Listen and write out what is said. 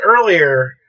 earlier